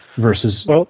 Versus